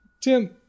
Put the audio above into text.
Tim